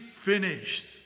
finished